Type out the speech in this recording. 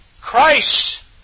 Christ